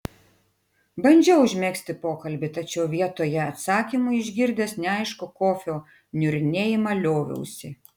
bandžiau užmegzti pokalbį tačiau vietoje atsakymų išgirdęs neaiškų kofio niurnėjimą lioviausi